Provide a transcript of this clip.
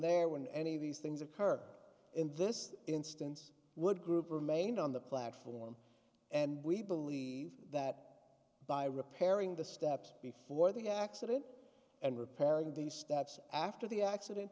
there when any of these things occurred in this instance would group remained on the platform and we believe that by repairing the steps before the accident and repairing the steps after the accident